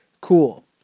Cool